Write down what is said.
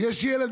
ויש ילד,